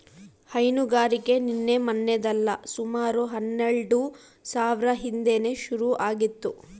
ಹೈನುಗಾರಿಕೆ ನಿನ್ನೆ ಮನ್ನೆದಲ್ಲ ಸುಮಾರು ಹನ್ನೆಲ್ಡು ಸಾವ್ರ ಹಿಂದೇನೆ ಶುರು ಆಗಿತ್ತು